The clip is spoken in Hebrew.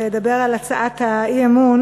הצעת האי-אמון